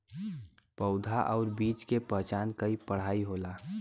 पउधा आउर बीज के पहचान क पढ़ाई होला